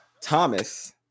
thomas